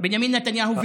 בנימין נתניהו.